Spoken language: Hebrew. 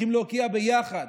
צריכים להוקיע ביחד.